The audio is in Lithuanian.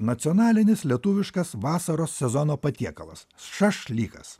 nacionalinis lietuviškas vasaros sezono patiekalas šašlykas